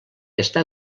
està